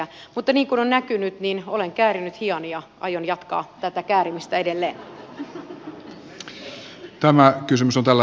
mutta niin kuin on näkynyt olen käärinyt hihani ja aion jatkaa tätä käärimistä edelleen